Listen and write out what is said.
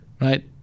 right